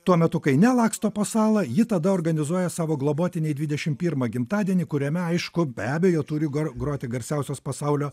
tuo metu kai nelaksto po salą ji tada organizuoja savo globotinei dvidešim pirmą gimtadienį kuriame aišku be abejo turi groti garsiausios pasaulio